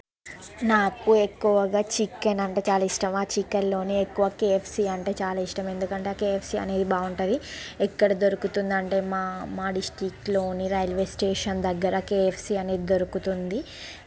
నాకు ఎక్కువగా చికెన్ అంటే చాలా ఇష్టం ఆ చికెన్ లోని ఎక్కువ కేఎఫ్సీ అంటే ఇష్టం ఎందుకంటే ఆ కేఎఫ్సీ అనేది బాగుంటుంది ఎక్కడ దొరుకుతుంది అంటే మా డిస్ట్రిక్ట్లో రైల్వే స్టేషన్ దగ్గర కేఎఫ్సీ అనేది దొరుకుతుంది